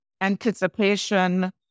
anticipation